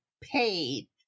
paid